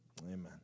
Amen